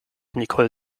nicole